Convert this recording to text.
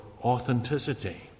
authenticity